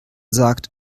sagt